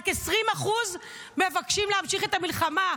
רק 20% מבקשים להמשיך את המלחמה.